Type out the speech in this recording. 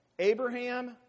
Abraham